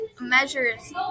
measures